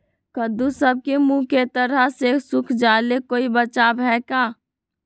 कददु सब के मुँह के तरह से सुख जाले कोई बचाव है का?